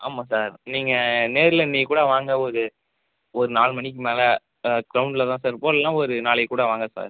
ஆமாம் சார் நீங்கள் நேரில் இன்றைக்கி கூட வாங்க உங்களுக்கு ஒரு நாலு மணிக்கு மேல கிரௌண்ட்டில் தான் சார் இருப்போம் இல்லைனா ஒரு நாளைக்கு கூட வாங்க சார்